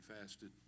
fasted